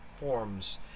Forms